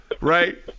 right